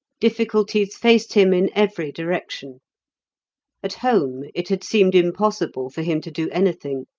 difficulties faced him in every direction at home it had seemed impossible for him to do anything.